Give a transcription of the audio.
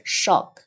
shock